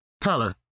Tyler